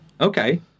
okay